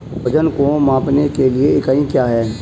वजन को मापने के लिए इकाई क्या है?